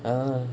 ah